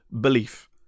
belief